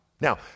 Now